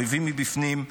אויבים מבפנים,